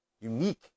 unique